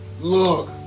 look